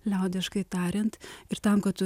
liaudiškai tariant ir tam kad tu